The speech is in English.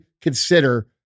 consider